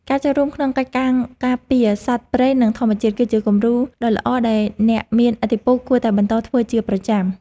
ការចូលរួមក្នុងកិច្ចការការពារសត្វព្រៃនិងធម្មជាតិគឺជាគំរូដ៏ល្អដែលអ្នកមានឥទ្ធិពលគួរតែបន្តធ្វើជាប្រចាំ។